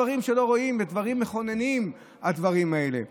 אלו דברים שלא רואים, דברים מכוננים, הדברים האלה.